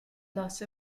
loss